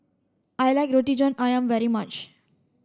I like Roti John Ayam very much